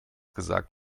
gesagt